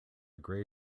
gray